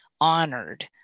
honored